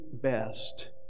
best